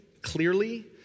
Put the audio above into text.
clearly